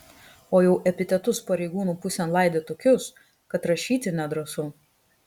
o jau epitetus pareigūnų pusėn laidė tokius kad rašyti nedrąsu